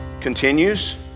continues